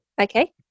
Okay